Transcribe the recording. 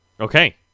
okay